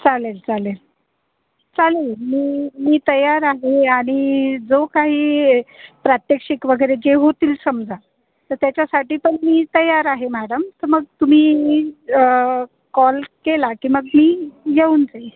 चालेल चालेल चालेल मी मी तयार आहे आणि जो काही प्रात्यक्षिक वगैरे जे होतील समजा तर त्याच्यासाठी पण मी तयार आहे मॅडम तर मग तुम्ही अं कॉल केला की मग मी येऊन जाईन